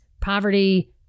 Poverty